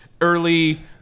early